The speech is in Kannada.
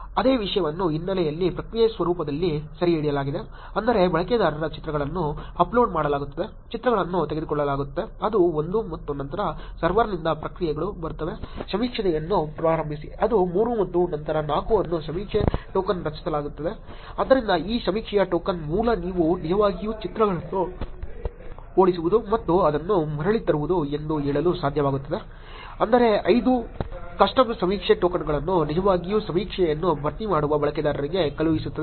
ಅದೇ ವಿಷಯವನ್ನು ಹಿನ್ನಲೆಯಲ್ಲಿ ಪ್ರಕ್ರಿಯೆ ಸ್ವರೂಪದಲ್ಲಿ ಸೆರೆಹಿಡಿಯಲಾಗಿದೆ ಅಂದರೆ ಬಳಕೆದಾರರ ಚಿತ್ರಗಳನ್ನು ಅಪ್ಲೋಡ್ ಮಾಡಲಾಗುತ್ತದೆ ಚಿತ್ರಗಳನ್ನು ತೆಗೆದುಕೊಳ್ಳಲಾಗುತ್ತದೆ ಅದು 1 ಮತ್ತು ನಂತರ ಸರ್ವರ್ನಿಂದ ಪ್ರತಿಕ್ರಿಯೆಗಳು ಬರುತ್ತವೆ ಸಮೀಕ್ಷೆಯನ್ನು ಪ್ರಾರಂಭಿಸಿ ಅದು 3 ಮತ್ತು ನಂತರ 4 ಅನ್ನು ಸಮೀಕ್ಷೆ ಟೋಕನ್ ರಚಿಸಲಾಗುತ್ತದೆ ಆದ್ದರಿಂದ ಈ ಸಮೀಕ್ಷೆಯ ಟೋಕನ್ ಮೂಲಕ ನೀವು ನಿಜವಾಗಿಯೂ ಚಿತ್ರಗಳನ್ನು ಹೋಲಿಸುವುದು ಮತ್ತು ಅದನ್ನು ಮರಳಿ ತರುವುದು ಎಂದು ಹೇಳಲು ಸಾಧ್ಯವಾಗುತ್ತದೆ ಅಂದರೆ 5 ಕಸ್ಟಮ್ ಸಮೀಕ್ಷೆ ಟೋಕನ್ಗಳನ್ನು ನಿಜವಾಗಿಯೂ ಸಮೀಕ್ಷೆಯನ್ನು ಭರ್ತಿ ಮಾಡುವ ಬಳಕೆದಾರರಿಗೆ ಕಳುಹಿಸುತ್ತದೆ